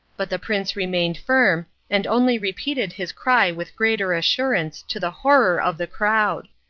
but the prince remained firm, and only repeated his cry with greater assurance, to the horror of the crowd.